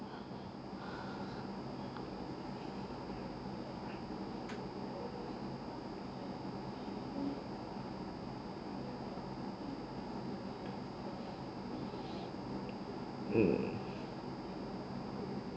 mm